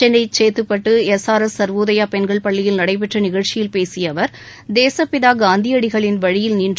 Chennai Chetpet S R S Sarvodaya பெண்கள் பள்ளியில் நடைபெற்ற நிகழ்ச்சியில் பேசிய அவர் தேசப்பிதா காந்தியடிகளின் வழியில் நின்று